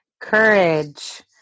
Courage